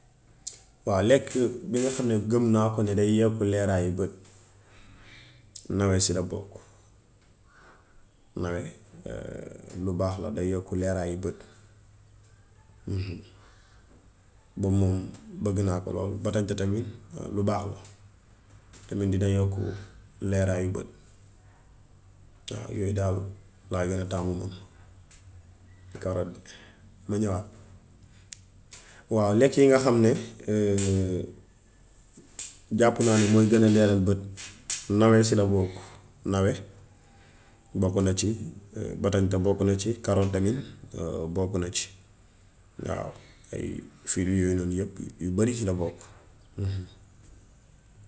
Waaw lekk bi nga xam ni gëm naa ko ni day yokk leeraayu bët nawe si la bokk. Nawe lu baax la day yokk leeraayu bët. Boobu moom bëgg naa ko lool. Batanta tamit lu baax la tamit dina yokk leeraayu bët. Waaw yooy daal laa gën a taamu man karoot ma ñëwaat. Waaw lekk yi nga xam ne jàpp naa ne mooy gën a leeral bët nawe si la bokk, nawe bokk na ci, batanta bokk na ci, karoot tamit bokk na ci waaw ay firwi yooy noonu yépp. Yu bëri ci la bokk.